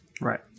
Right